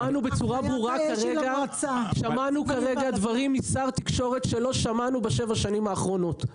שמענו עכשיו דברים ברורים משר התקשורת שלא שמענו בשבע השנים האחרונות,